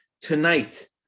Tonight